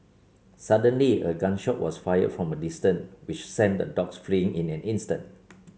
suddenly a gun shot was fired from a distance which sent the dogs fleeing in an instant